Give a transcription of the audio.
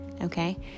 okay